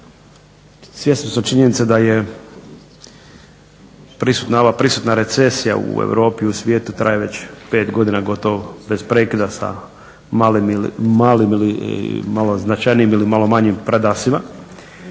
svjesni smo činjenice da je prisutna ova recesija u Europi i u svijetu, traje već pet godina gotovo bez prekida sa malim ili malo značajnijim ili malo manjim predasima.